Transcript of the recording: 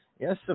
Yes